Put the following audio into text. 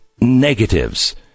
negatives